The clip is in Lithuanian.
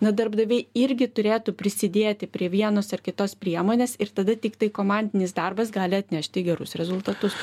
na darbdaviai irgi turėtų prisidėti prie vienos ar kitos priemonės ir tada tiktai komandinis darbas gali atnešti gerus rezultatus